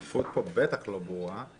הדחיפות פה בטח לא ברורה.